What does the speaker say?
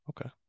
Okay